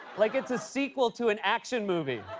like it's a sequel to an action movie.